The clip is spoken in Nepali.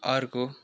अर्को